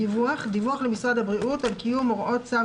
"דיווח" דיווח למשרד הבריאות על קיום הוראות צו